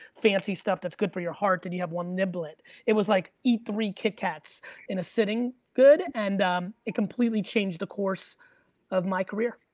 fancy stuff. that's good for your heart, and you have one niblet. it was like eat three kit-kats in a sitting good and it completely changed the course of my career.